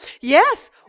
Yes